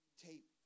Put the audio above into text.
tape